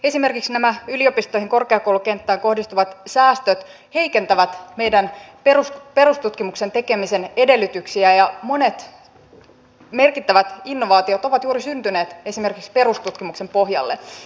esimerkiksi nämä yliopistoihin korkeakoulukenttään kohdistuvat säästöt heikentävät meidän perustutkimuksen tekemisen edellytyksiä ja monet merkittävät innovaatiot ovat juuri syntyneet esimerkiksi perustutkimuksen pohjalle